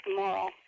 moral